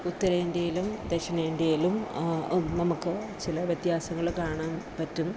ഉത്തരേന്ത്യേലും ദക്ഷിണേന്ത്യേലും നമുക്ക് ചില വ്യത്യാസങ്ങൾ കാണാൻ പറ്റും